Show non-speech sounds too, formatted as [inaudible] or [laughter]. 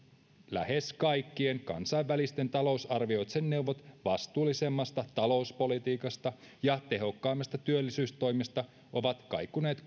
lähes kaikkien kansainvälisten talousarvioiden neuvot vastuullisemmasta talouspolitiikasta ja tehokkaammista työllisyystoimista ovat kaikuneet [unintelligible]